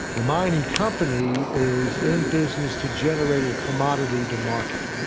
the mining company is in business to generate and a commodity to market.